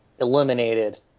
eliminated